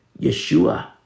yeshua